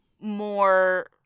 more